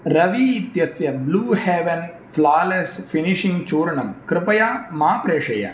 रवि इत्यस्य Blue Heaven flawless finishing चूर्णं कृपया मा प्रेषय